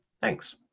Thanks